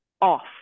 off